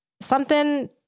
something-